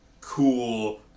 cool